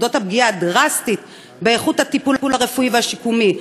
על אודות הפגיעה הדרסטית באיכות הטיפול הרפואי והשיקומי,